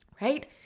right